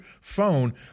phone